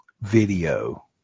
video